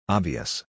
Obvious